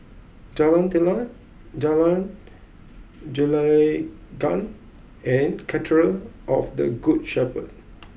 Jalan Telang Jalan Gelenggang and Cathedral of the Good Shepherd